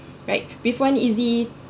right with one easy